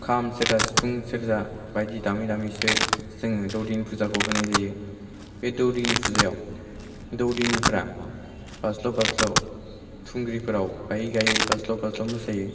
खाम सेरजा सिफुं सेरजा बायदि दामै दामैसो जोङो दौदिनि फुजाखौ होन्नाय जायो बे दौदिनि फुजायाव दौदिनिफ्रा बाज्ल' बाज्ल' थुंग्रिफ्राव गायै गायै बाज्ल' बाज्ल' मोसायो